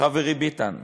חברי ביטן,